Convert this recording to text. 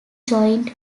joint